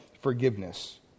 forgiveness